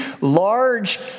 large